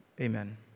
amen